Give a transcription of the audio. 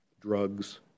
drugs